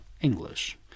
English